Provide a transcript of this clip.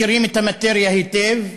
מכירים את המאטריה היטב,